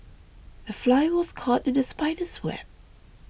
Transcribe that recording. the fly was caught in the spider's web